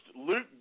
Luke